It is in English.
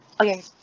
okay